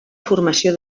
formació